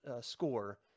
score